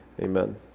Amen